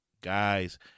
guys